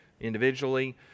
individually